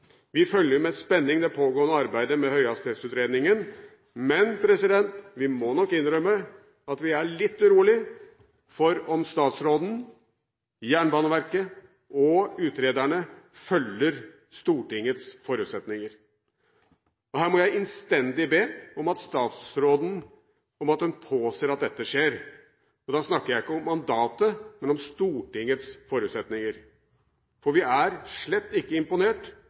Vi følger med spenning det pågående arbeidet med høyhastighetsutredningen, men vi må nok innrømme at vi er litt urolige for om statsråden, Jernbaneverket og utrederne følger Stortingets forutsetninger. Her må jeg innstendig be statsråden påse at dette skjer, og da snakker jeg ikke om mandatet, men om Stortingets forutsetninger. For vi er slett ikke imponert